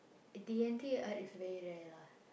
D-and-T Art is very rare lah